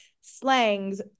slangs